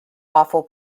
awful